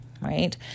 right